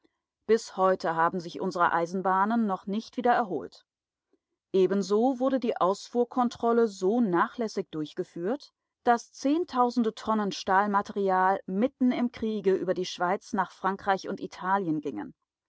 bis heute haben sich unsere eisenbahnen noch nicht wieder erholt ebenso wurde die ausfuhrkontrolle so nachlässig durchgeführt daß zehntausende tonnen stahlmaterial mitten im kriege über die schweiz nach frankreich und italien gingen